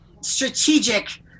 strategic